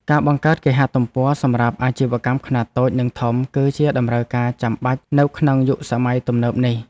ការបង្កើតគេហទំព័រសម្រាប់អាជីវកម្មខ្នាតតូចនិងធំ គឺជាតម្រូវការចាំបាច់នៅក្នុងយុគសម័យទំនើបនេះ។